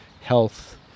health